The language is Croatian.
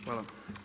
Hvala.